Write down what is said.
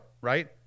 right